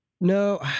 No